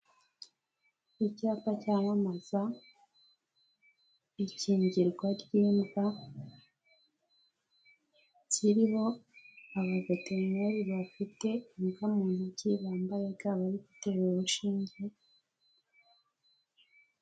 KIcyapa cyamamaza ikinyingirwa ry'imbwa, kiriho abaveterineri bafite imbwa mu ntoki, bambaye ga barigutera urushinge imbwa.